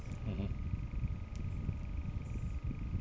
mmhmm